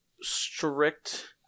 strict